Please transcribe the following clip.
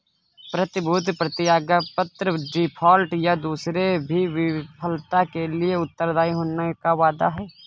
प्रतिभूति प्रतिज्ञापत्र डिफ़ॉल्ट, या दूसरे की विफलता के लिए उत्तरदायी होने का वादा है